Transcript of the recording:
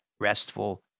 restful